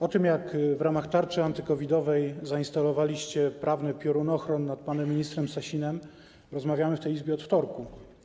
O tym, jak w ramach tarczy antycovidowej zainstalowaliście prawny piorunochron nad panem ministrem Sasinem, rozmawiamy w tej Izbie od wtorku.